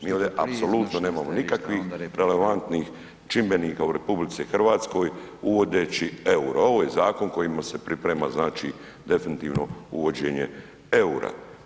Mi ovdje apsolutno nemamo nikakvih relevantnih čimbenika u RH uvodeći euro, ovo je zakon kojemu se priprema znači definitivno uvođenje eura.